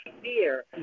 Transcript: fear